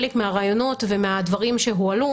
חלק מהרעיונות ומהדברים שהועלו,